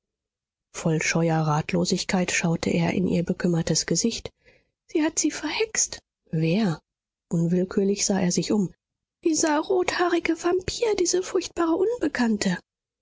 voll scheuer ratlosigkeit schaute er in ihr bekümmertes gesicht sie hat sie verhext wer unwillkürlich sah er sich um dieser rothaarige vampir diese furchtbare unbekannte